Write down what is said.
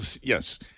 Yes